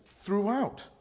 throughout